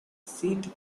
seat